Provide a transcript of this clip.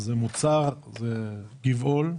יש גבעול,